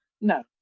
No